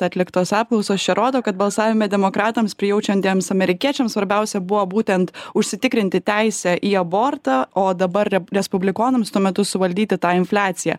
atliktos apklausos čia rodo kad balsavime demokratams prijaučiantiems amerikiečiams svarbiausia buvo būtent užsitikrinti teisę į abortą o dabar respublikonams tuo metu suvaldyti tą infliaciją